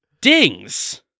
dings